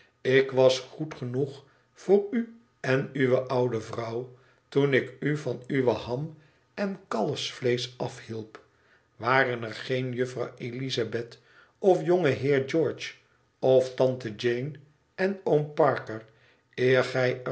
ik was goed genoeg voor u en uwe oude vrouw toen ik u van uwe ham en kalfsvleesch afhielp waren er geen juffrouw ëlizabeth of jonge heer george of tante jeane en oom parker eer